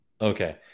Okay